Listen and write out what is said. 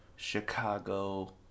Chicago